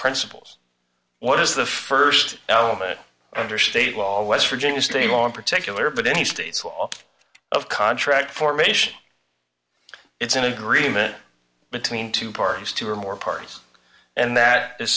principles what is the st element under state law west virginia state law in particular but any states all of contract formation it's an agreement between two parties two or more parties and that is